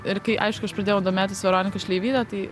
ir kai aišku aš pradėjau domėtis veronika šleivyte tai